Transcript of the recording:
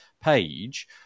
page